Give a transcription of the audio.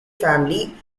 family